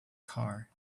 car